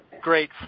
great